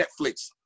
Netflix